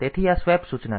તેથી આ સ્વેપ સૂચના છે